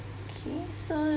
okay so